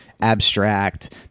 abstract